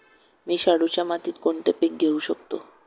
मी शाडूच्या मातीत कोणते पीक घेवू शकतो?